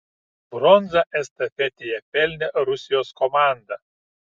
bronzą estafetėje pelnė rusijos komanda